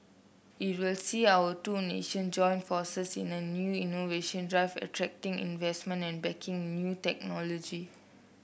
it will see our two nation join forces in a new innovation drive attracting investment and backing new technology